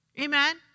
Amen